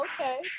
okay